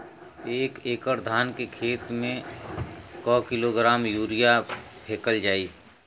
एक एकड़ धान के खेत में क किलोग्राम यूरिया फैकल जाई?